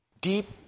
deep